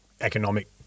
economic